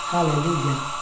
Hallelujah